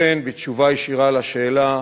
לכן, בתשובה ישירה על השאלה,